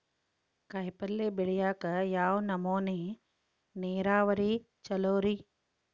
ಕಾಯಿಪಲ್ಯ ಬೆಳಿಯಾಕ ಯಾವ ನಮೂನಿ ನೇರಾವರಿ ಛಲೋ ರಿ?